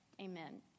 Amen